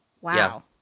Wow